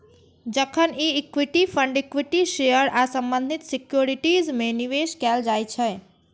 जखन कि equity fund equity share आ संबंधित सिक्योरिटीज मे निवेश कैल जाइ छै